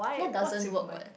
that doesn't work what